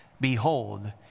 Behold